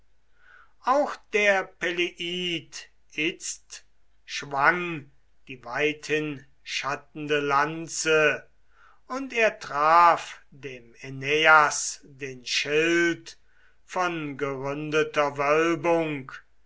auch der peleid itzt schwang die weithinschattende lanze und er traf dem äneias den schild von geründeter wölbung